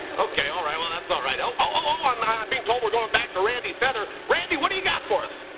okay. all right. well, that's all right. oh, oh, oh! i'm being told we're going back to randy feather. randy, what do you got for us?